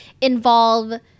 involve